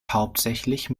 hauptsächlich